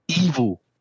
evil